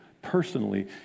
personally